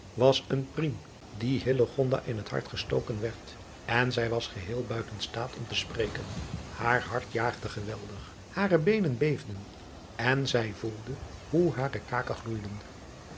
was een priem die in het hart gestoken werd en zij was geheel buiten staat om te spreken aar hart jaagde geweldig hare beenen beefden en zij voelde hoe hare kaken